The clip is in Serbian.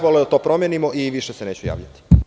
Voleo bih da to promenimo i više se neću javljati.